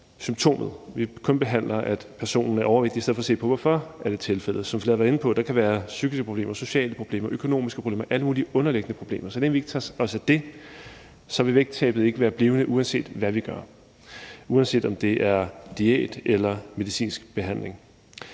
hvis vi kun behandler, at personen er overvægtig, i stedet for at se på, hvorfor det er tilfældet. Som vi har været inde på, kan der være psykiske problemer, sociale problemer, økonomiske problemer og alle mulige underliggende problemer. Så længe vi ikke tager os af dét, vil vægttabet ikke være blivende, uanset hvad vi gør – uanset om det er diæt eller medicinsk behandling.